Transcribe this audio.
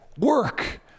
work